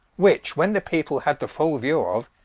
which when the people had the full view of,